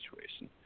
situation